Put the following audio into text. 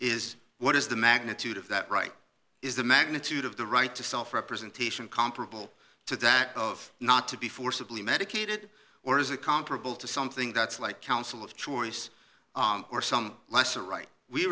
is what is the magnitude of that right is the magnitude of the right to self representation comparable to that of not to be forcibly medicated or is it comparable to something that's like counsel of choice or some lesser right we